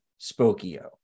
Spokio